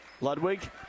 Ludwig